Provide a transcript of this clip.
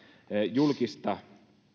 julkista